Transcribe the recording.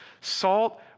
Salt